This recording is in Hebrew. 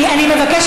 בעד יעל כהן-פארן,